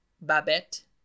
Babette